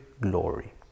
glory